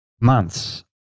months